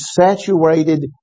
saturated